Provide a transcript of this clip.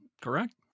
correct